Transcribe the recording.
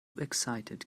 excited